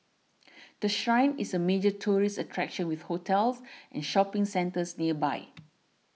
the Shrine is a major tourist attraction with hotels and shopping centres nearby